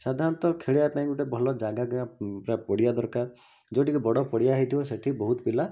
ସାଧାରଣତଃ ଖେଳିବା ପାଇଁ ଗୋଟେ ଭଲ ଜାଗା କିମ୍ବା ପୁରା ପଡ଼ିଆ ଦରକାର ଯୋଉଠିକି ବଡ଼ ପଡ଼ିଆ ହେଇଥିବ ସେଠି ବହୁତ ପିଲା